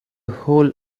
hole